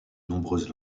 nombreuses